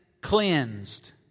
cleansed